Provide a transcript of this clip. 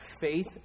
faith